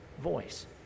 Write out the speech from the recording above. voice